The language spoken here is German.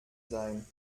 sein